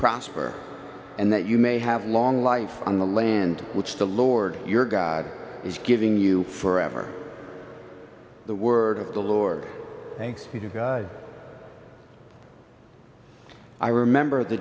prosper and that you may have long life on the land which the lord your god is giving you for ever the word of the lord thanks you i remember the